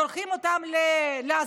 שולחים אותם לעזאזל